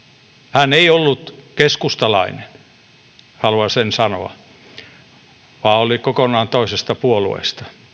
hän ei ollut keskustalainen haluan sen sanoa vaan oli kokonaan toisesta puolueesta